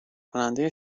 کننده